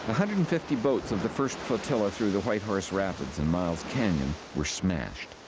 hundred and fifty boats of the first flotilla through the white horse rapids and miles canyon were smashed.